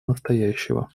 настоящего